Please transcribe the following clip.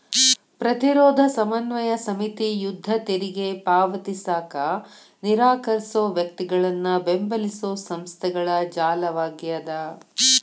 ಪ್ರತಿರೋಧ ಸಮನ್ವಯ ಸಮಿತಿ ಯುದ್ಧ ತೆರಿಗೆ ಪಾವತಿಸಕ ನಿರಾಕರ್ಸೋ ವ್ಯಕ್ತಿಗಳನ್ನ ಬೆಂಬಲಿಸೊ ಸಂಸ್ಥೆಗಳ ಜಾಲವಾಗ್ಯದ